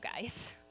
guys